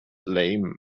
lame